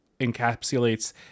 encapsulates